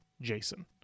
Jason